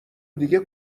دیگه